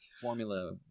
formula